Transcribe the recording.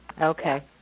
Okay